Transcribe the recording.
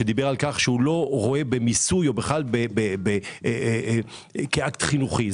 שאמר שלא רואה במיסוי אקט חינוכי,